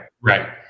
right